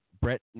brett